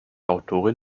autorin